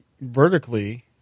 vertically